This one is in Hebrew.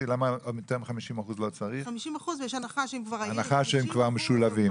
יש הנחה שהם כבר משולבים.